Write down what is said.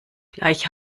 gleich